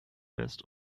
west